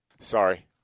Sorry